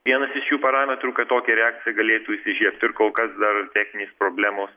vienas iš šių parametrų kad tokia reakcija galėtų įsižiebt ir kol kas dar techninės problemos